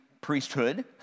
priesthood